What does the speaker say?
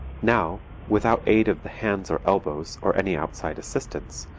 now, without aid of the hands or elbows or any outside assistance,